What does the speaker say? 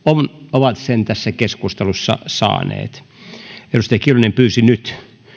ovat sen tässä keskustelussa saaneet edustaja kiljunen pyysi nyt